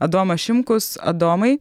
adomas šimkus adomai